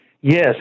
Yes